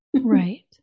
Right